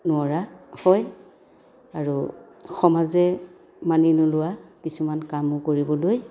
নোৱাৰা হয় আৰু সমাজে মানি নোলোৱা কিছুমান কামো কৰিবলৈ